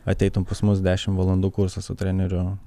ateitum pas mus dešimt valandų kursas su treneriu